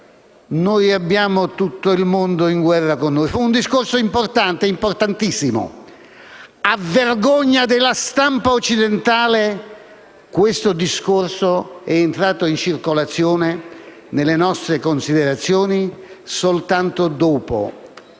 abbiamo tutto il mondo in guerra con noi". Fu un discorso importante, importantissimo. A vergogna della stampa occidentale questo discorso è entrato in circolazione nelle nostre considerazioni soltanto dopo